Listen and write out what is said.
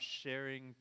sharing